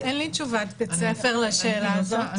אין לי תשובת בית ספר לשאלה הזאת.